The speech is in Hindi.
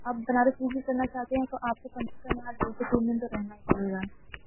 आप बनारस विज़िट करना चाहते हैं तो आपको कम से कम यहाँ दो से तीन दिन तो रहना ही पड़ेगा